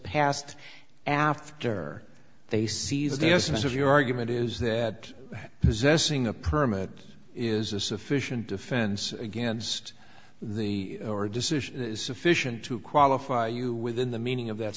passed after they seized the essence of your argument is that possessing a permit is a sufficient defense against the decision is sufficient to qualify you within the meaning of that